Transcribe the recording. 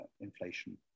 inflation